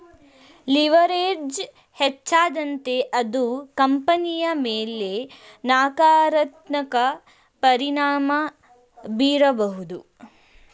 leverage ಹೆಚ್ಚಾದಂತೆ ಅದು ಕಂಪನಿಯ ಮೇಲೆ ನಕಾರಾತ್ಮಕ ಪರಿಣಾಮ ಬೀರಬಹುದು